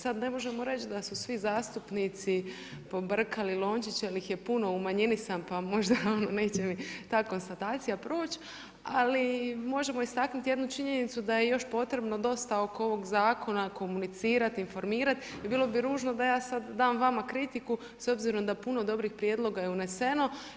Sada, ne možemo reći da su svi zastupnici pobrkali lončiće, jer ih je puno u manjini sam, pa možda neće mi ta konstatacija proći, ali možemo istaknuti jednu činjenicu, da je još potrebno dosta oko ovog zakona komunicirati, informirati i bilo bi ružno da ja sada dam vama kritiku, s obzirom da puno dobrih prijedloga je doneseno.